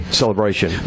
celebration